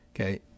Okay